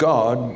God